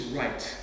right